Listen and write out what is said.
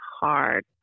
hard